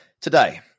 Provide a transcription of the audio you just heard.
today